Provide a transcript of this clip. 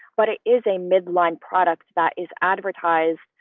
but it is a mid-line product that is advertised,